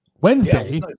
Wednesday